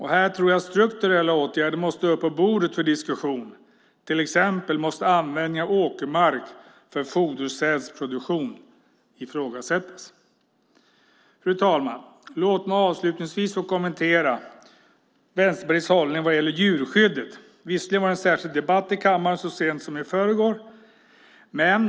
Här tror jag strukturella åtgärder måste upp på bordet för diskussion. Till exempel måste användningen av åkermark för fodersädsproduktion ifrågasättas. Fru ålderspresident! Låt mig avslutningsvis få kommentera Vänsterpartiets hållning vad gäller djurskyddet. Det var en särskild debatt i kammaren så sent som i förrgår.